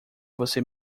você